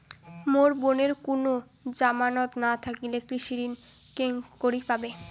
মোর বোনের কুনো জামানত না থাকিলে কৃষি ঋণ কেঙকরি পাবে?